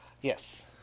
Yes